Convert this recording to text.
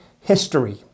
history